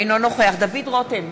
אינו נוכח דוד רותם,